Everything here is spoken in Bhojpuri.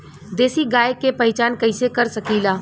देशी गाय के पहचान कइसे कर सकीला?